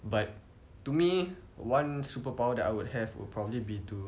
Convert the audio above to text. but to me one superpower that I would have would probably be to